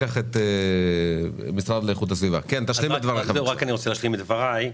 אשלים את דברי: